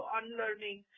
unlearning